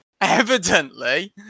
Evidently